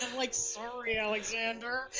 um like sorry alexander,